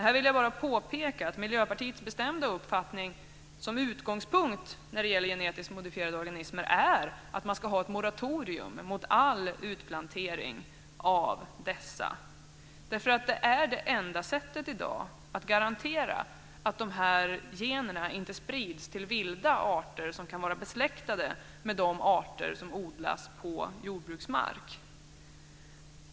Här vill jag bara påpeka att utgångspunkten för Miljöpartiets bestämda uppfattning när det gäller genetiskt modifierade organismer är att man ska ha ett moratorium mot all utplantering av dessa, därför att det är det enda sättet i dag att garantera att dessa gener inte sprids till vilda arter som kan vara besläktade med de arter som odlas på jordbruksmark.